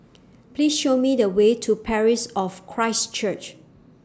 Please Show Me The Way to Parish of Christ Church